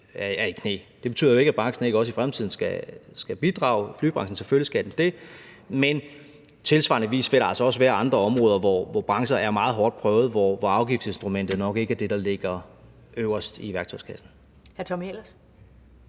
er i knæ. Det betyder jo ikke, at branchen ikke også i fremtiden skal bidrage; selvfølgelig skal flybranchen det. Men på tilsvarende vis vil der altså også være andre områder, hvor brancher er meget hårdt prøvede og afgiftsinstrumentet nok ikke er det, der ligger øverst i værktøjskassen.